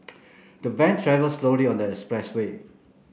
the van travelled slowly on the expressway